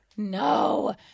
No